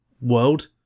world